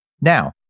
Now